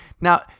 Now